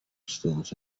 extends